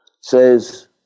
says